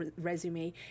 resume